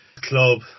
club